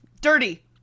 Dirty